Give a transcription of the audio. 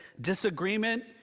disagreement